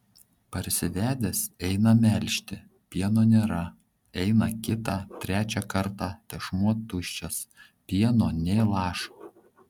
parsivedęs eina melžti pieno nėra eina kitą trečią kartą tešmuo tuščias pieno nė lašo